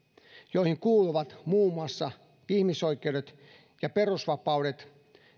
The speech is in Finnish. joihin kuuluvat muun muassa ihmisoikeudet ja perusvapaudet